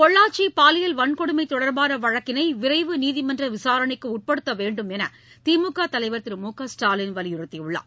பொள்ளச்சி பாலியல் வன்கொடுமை தொடர்பான வழக்கினை விரைவு நீதிமன்ற விசாரணைக்கு உட்படுத்த வேண்டும் என்று திமுக தலைவர் திரு மு க ஸ்டாலின் வலியுறுத்தியுள்ளார்